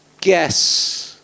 guess